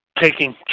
Taking